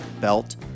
Belt